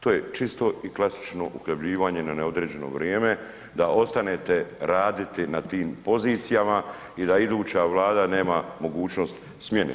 To je čisto i klasično uhljebljivanje na neodređeno vrijeme da ostanete raditi na tim pozicijama i da iduća vlada nema mogućnost smjene.